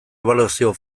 ebaluazio